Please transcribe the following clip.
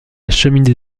cheminée